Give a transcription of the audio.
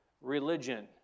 religion